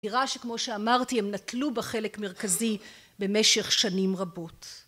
נראה שכמו שאמרתי הם נטלו בה חלק מרכזי במשך שנים רבות